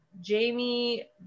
Jamie